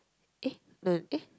eh no eh